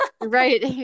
right